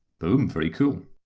boom. very cool.